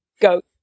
Goat